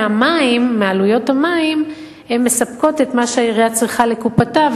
מעלויות המים מספקים את מה שהעירייה צריכה לקופתה,